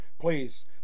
please